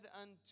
unto